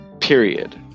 Period